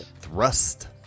thrust